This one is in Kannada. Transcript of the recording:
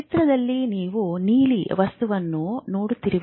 ಚಿತ್ರದಲ್ಲಿ ನೀವು ನೀಲಿ ವಸ್ತುವನ್ನು ನೋಡುತ್ತಿರುವಿರಿ